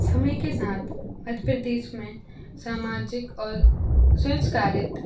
समय के सांथ मध्य प्रदेश में सामाजिक और संस्कारित